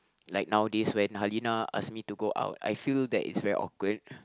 like nowadays when Halinah ask me to go out I feel that it's very awkward